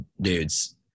dudes